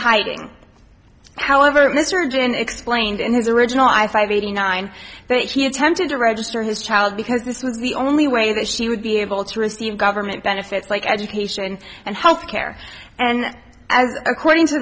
hiding however mr ginn explained in his original i five eighty nine that he attempted to register his child because this was the only way that she would be able to receive government benefits like education and health care and as according to